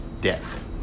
death